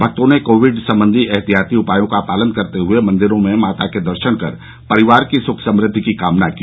भक्तों ने कोविड संबंधी एहतियाती उपायों का पालन करते हुए मन्दिरों में माता के दर्शन कर परिवार की सुख समृद्धि की कामना की